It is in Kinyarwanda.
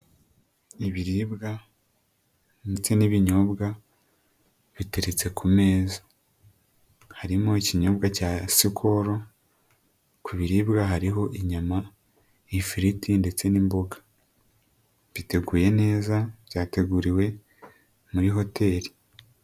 Ibiribwa ndetse n'ibinyobwa biteretse ku meza harimo ikinyobwa cya Sikoro, ku biribwa hariho inyama, ifiriti ndetse n'imboga, biteguye neza byateguriwe muri hoteri.